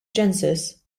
genus